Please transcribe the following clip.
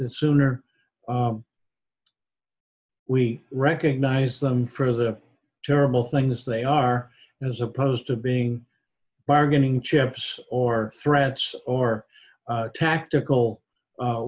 this sooner we recognize them for the terrible things they are as opposed to being bargaining chips or threats or tactical